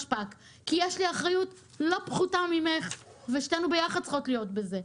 שפק אלא כי יש לי אחריות לא פחותה ממך ושתינו ביחד צריכות להיות בזה.